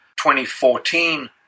2014